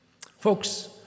Folks